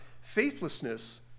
faithlessness